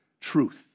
truth